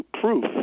proof